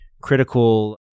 critical